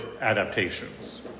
adaptations